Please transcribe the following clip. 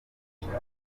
tubaho